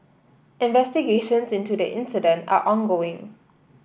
investigations into the incident are ongoing